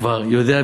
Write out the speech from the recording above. טובות.